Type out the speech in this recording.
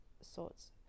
sorts